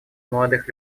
молодых